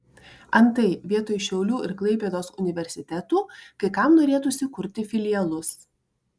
antai vietoj šiaulių ir klaipėdos universitetų kai kam norėtųsi kurti filialus